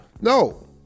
No